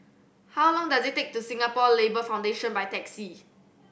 how long does it take to Singapore Labour Foundation by taxi